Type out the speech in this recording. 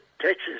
Texas